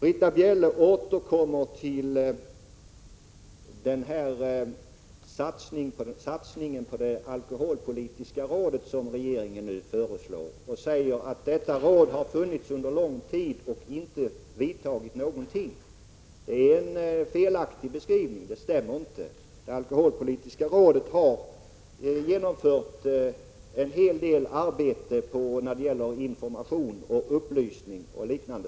Britta Bjelle återkommer till den satsning på det alkoholpolitiska rådet som regeringen nu föreslår och säger att detta råd har funnits under lång tid men inte vidtagit några åtgärder. Det är en felaktig beskrivning — den stämmer inte. Det alkoholpolitiska rådet har genomfört en hel del arbete när det gäller information, upplysning o.d.